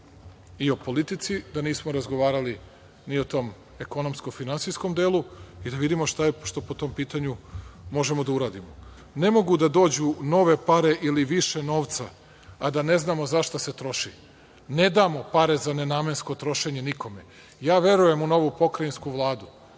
i o politici, da nismo razgovarali ni o tom ekonomsko-finansijskom delu, i da vidimo šta po tom pitanju možemo da uradimo. Ne mogu da dođu nove pare ili više novca, a da ne znamo za šta se troši. Ne damo pare za nenamensko trošenje nikome. Ja verujem u novu Pokrajinsku vladu,